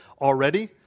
already